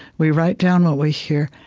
we write down what we hear,